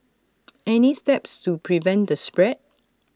any steps to prevent the spread